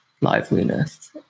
liveliness